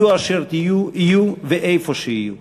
יהיו אשר יהיו ואיפה שיהיו.